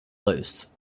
loose